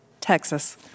Texas